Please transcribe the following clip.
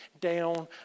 down